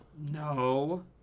No